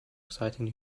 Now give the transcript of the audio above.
exciting